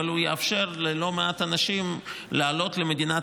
אבל הוא יאפשר ללא מעט אנשים לעלות למדינת